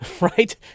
right